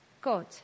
God